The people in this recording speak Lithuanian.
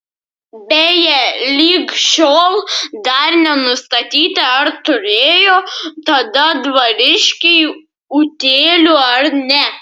beje lig šiol dar nenustatyta ar turėjo tada dvariškiai utėlių ar ne